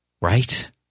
right